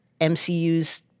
MCU's